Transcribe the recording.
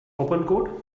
well